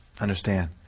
Understand